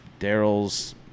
Daryl's